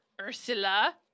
Ursula